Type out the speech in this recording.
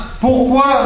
Pourquoi